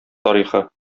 тарихы